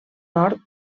nord